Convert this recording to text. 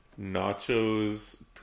nachos